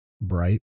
bright